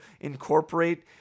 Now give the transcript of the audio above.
incorporate